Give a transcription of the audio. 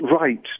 right